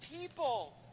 people